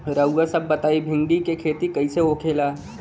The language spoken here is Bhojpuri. रउआ सभ बताई भिंडी क खेती कईसे होखेला?